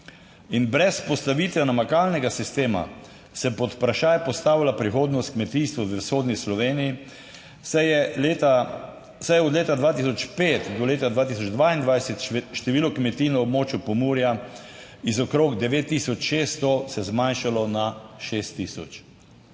brez postavitve namakalnega sistema se pod vprašaj postavlja prihodnost kmetijstva v vzhodni Sloveniji, saj je od leta 2005 do leta 2022, število kmetij na območju Pomurja iz okrog 9600 se zmanjšalo na 6000.